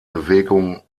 bewegung